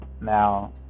now